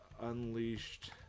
unleashed